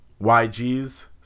YG's